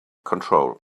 control